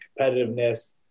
competitiveness